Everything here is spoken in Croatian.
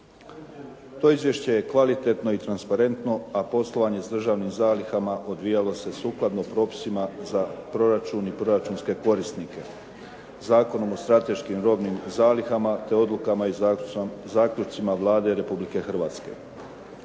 To izvješće je kvalitetno i transparentno, a poslovanje s državnim zalihama odvijalo se sukladno propisima za proračun i proračunske korisnike, Zakonom o strateškim robnim zalihama te odlukama i zaključcima Vlade Republike Hrvatske.